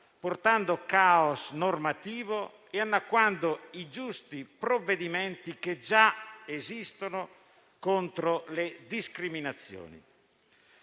portando caos normativo e annacquando i giusti provvedimenti che già esistono contro le discriminazioni.